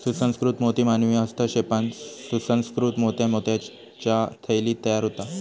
सुसंस्कृत मोती मानवी हस्तक्षेपान सुसंकृत मोत्या मोत्याच्या थैलीत तयार होता